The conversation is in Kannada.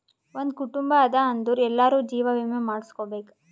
ಒಂದ್ ಕುಟುಂಬ ಅದಾ ಅಂದುರ್ ಎಲ್ಲಾರೂ ಜೀವ ವಿಮೆ ಮಾಡುಸ್ಕೊಬೇಕ್